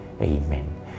Amen